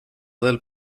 del